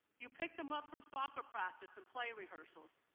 you picked them up from soccer practice and play rehearsals,